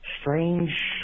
strange